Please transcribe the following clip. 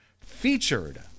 featured